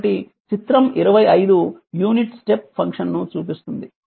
కాబట్టి చిత్రం 25 unit step ఫంక్షన్ను చూపిస్తుంది